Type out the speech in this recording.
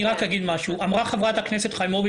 אני חושב שקיבלתי עונש יותר חמור בגלל הדבר הזה,